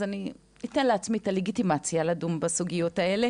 אז אני אתן לעצמי את הלגיטימציה לדון בסוגיות האלה